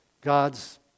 God's